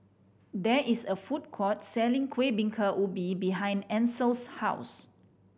there is a food court selling Kuih Bingka Ubi behind Ancel's house